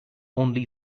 only